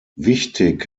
wichtig